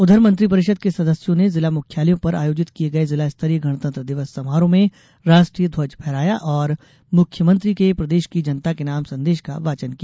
उधर मंत्रिपरिषद के सदस्यों ने जिला मुख्यालयों पर आयोजित किये गये जिला स्तरीय गणतंत्र दिवस समारोह में राष्ट्रीय ध्वज फहराया और मुख्यमंत्री के प्रदेश की जनता के नाम संदेश का वाचन किया